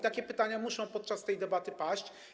Takie pytania muszą podczas tej debaty paść.